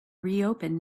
reopen